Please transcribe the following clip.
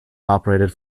operated